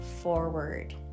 forward